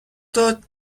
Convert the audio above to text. داد